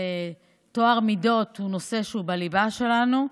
טוהר מידות הוא נושא שהוא בליבה שלנו.